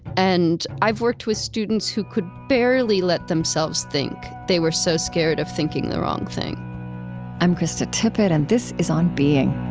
and i've worked with students who could barely let themselves think, they were so scared of thinking the wrong thing i'm krista tippett, and this is on being